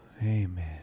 Amen